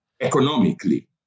economically